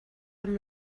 amb